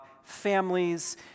families